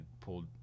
pulled